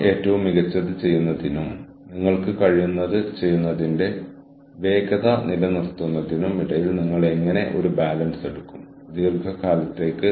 ഓരോ പങ്കാളിയിലും മുതിർന്ന തലങ്ങളിലെ വിവിധ പങ്കാളികൾ തമ്മിലുള്ള ഇടയ്ക്കിടെയുള്ള ഇടപെടലാണ് സ്വഭാവസവിശേഷതകൾ